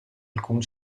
alcun